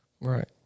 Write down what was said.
right